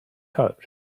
coat